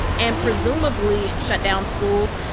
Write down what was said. and presumably and shut down schools.